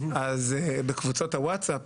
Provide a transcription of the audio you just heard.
בקבוצת הווטאס-אפ